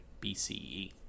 BCE